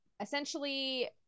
Essentially